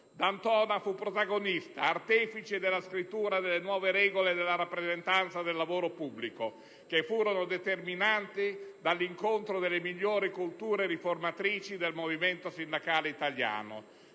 D'Antona fu protagonista e artefice della scrittura delle nuove regole della rappresentanza nel lavoro pubblico che furono determinate dall'incontro delle migliori culture riformatrici del movimento sindacale italiano;